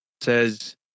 says